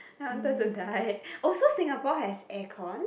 I want go to die oh so Singapore has aircon